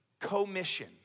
commission